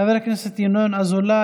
חבר הכנסת משה אבוטבול,